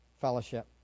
fellowship